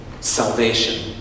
salvation